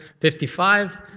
55